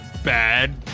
Bad